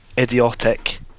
idiotic